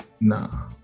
Nah